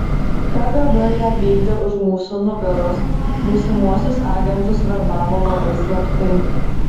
kgb ją vykdė už mūsų nugaros būsimuosius agentus verbavo labai slaptai